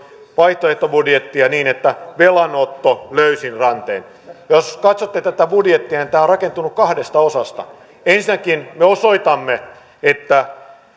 vaihtoehtobudjettia lähinnä niin että velanotto löysin rantein jos katsotte tätä budjettia niin tämä on rakentunut kahdesta osasta ensinnäkin me osoitamme että